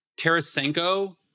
Tarasenko